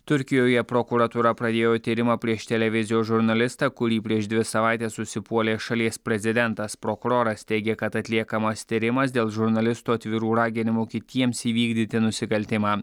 turkijoje prokuratūra pradėjo tyrimą prieš televizijos žurnalistą kurį prieš dvi savaites užsipuolė šalies prezidentas prokuroras teigė kad atliekamas tyrimas dėl žurnalisto atvirų raginimų kitiems įvykdyti nusikaltimą